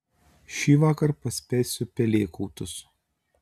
šįvakar paspęsiu pelėkautus